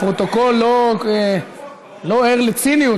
הפרוטוקול לא ער לציניות,